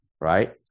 right